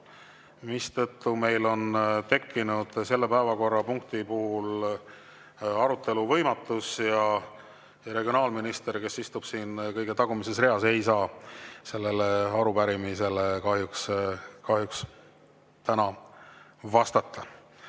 mistõttu meil on tekkinud selle päevakorrapunkti puhul arutelu võimatus ja regionaalminister, kes istub siin kõige tagumises reas, ei saa kahjuks sellele arupärimisele täna vastata.